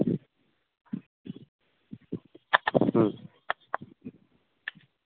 ও